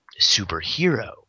superhero